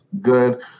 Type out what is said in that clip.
good